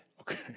Okay